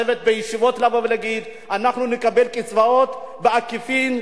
אין לשבת בישיבות ולבוא ולהגיד: אנחנו נקבל קצבאות בעקיפין,